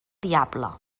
diable